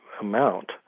amount